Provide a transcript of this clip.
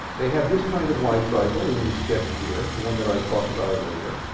they have this kind of lifecycle, as is sketched here, the one that i talked about earlier.